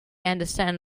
understand